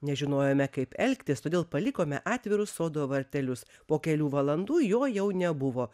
nežinojome kaip elgtis todėl palikome atvirus sodo vartelius po kelių valandų jo jau nebuvo